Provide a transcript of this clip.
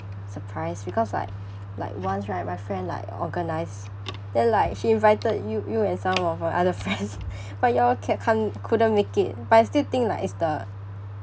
surprise because like like once right my friend like organised then like she invited you you and some of her other friends but you all ca~ can't couldn't make it but I still think like it's the